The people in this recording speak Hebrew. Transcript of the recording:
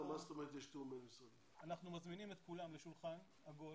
מה זאת אומרת שיש תיאום בין-משרדי?< אנחנו מזמינים את כולם לשולחן עגול